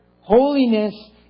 Holiness